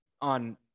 on